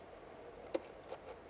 mm